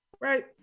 Right